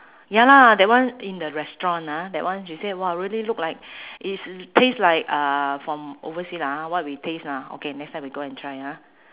ya lah that one in the restaurant ah that one she say !wah! really look like it's taste like uh from oversea lah what we taste ah okay next time we go and try ah